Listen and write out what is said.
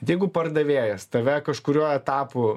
jeigu pardavėjas tave kažkuriuo etapu